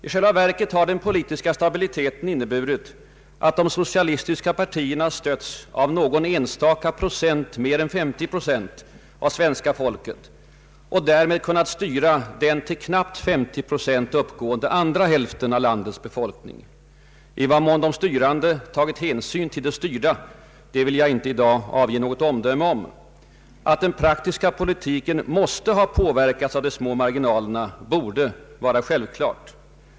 I själva verket har den politiska stabiliteten inneburit, att de socialistis ka partierna stötts av någon enstaka procent mer än 50 procent av svenska folket och därmed kunnat styra den till knappt 50 procent uppgående andra hälften av landets befolkning. I vad mån den styrande hälften tagit hänsyn till den styrda vill jag inte i dag avge något omdöme om. Att den praktiska politiken måste ha påverkats av de små marginalerna, borde vara självklart.